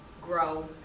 grow